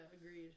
agreed